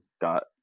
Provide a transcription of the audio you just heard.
got